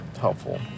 helpful